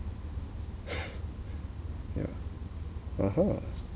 yeah (uh huh)